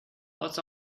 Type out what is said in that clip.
lots